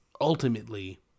ultimately